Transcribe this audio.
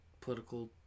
political